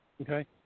Okay